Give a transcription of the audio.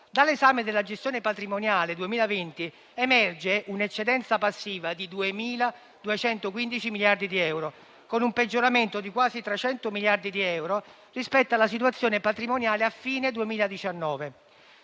Dall'esame della gestione patrimoniale 2020 emerge un'eccedenza passiva di 2.215 miliardi di euro, con un peggioramento di quasi 300 miliardi di euro rispetto alla situazione patrimoniale a fine 2019.